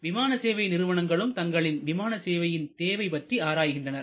விமான சேவை நிறுவனங்களும் தங்களின் விமான சேவையின் தேவை பற்றி ஆராய்கின்றனர்